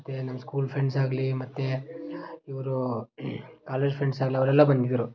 ಮತ್ತು ನಮ್ಮ school friends ಆಗಲೀ ಮತ್ತು ಇವರು ಕಾಲೇಜ್ ಫ್ರೆಂಡ್ಸ್ ಆಗಲೀ ಅವರೆಲ್ಲ ಬಂದಿದ್ದರು